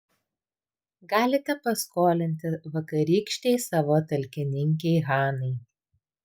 galite paskolinti vakarykštei savo talkininkei hanai